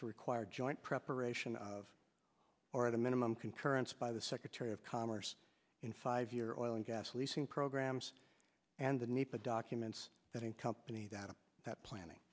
to require joint preparation of or at a minimum concurrence by the secretary of commerce in five year old gas leasing programs and the need for documents that in company that of that planning